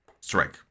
strike